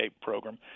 program